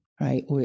right